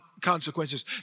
consequences